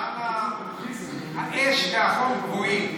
שם האש והחום גבוהים.